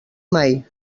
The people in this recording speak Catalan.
mai